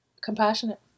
compassionate